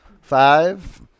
Five